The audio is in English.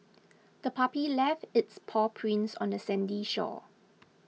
the puppy left its paw prints on the sandy shore